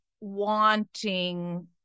wanting